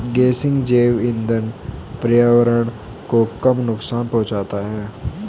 गेसिंग जैव इंधन पर्यावरण को कम नुकसान पहुंचाता है